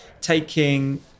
taking